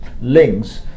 links